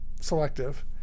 selective